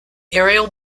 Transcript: aerial